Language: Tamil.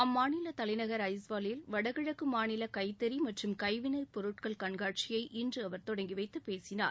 அம்மாநில தலைநகர் ஐஸ்வாவில் இன்று வடகிழக்கு மாநில கைத்தறி மற்றும் கைவினைப் பொருட்கள் கண்காட்சியை அவர் இன்று தொடங்கி வைத்து பேசினார்